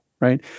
Right